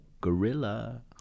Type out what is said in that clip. Gorilla